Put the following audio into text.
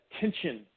tension